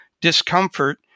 discomfort